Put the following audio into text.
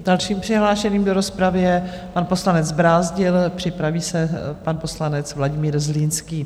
Dalším přihlášeným do rozpravy je pan poslanec Brázdil, připraví se pan poslanec Vladimír Zlínský.